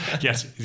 yes